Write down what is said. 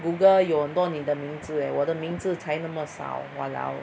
Google 有很多你的名字 eh 我的名字才那么少 walao